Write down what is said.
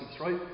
right